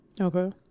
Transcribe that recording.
Okay